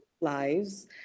lives